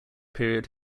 period